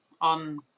on